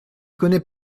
connais